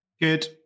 Good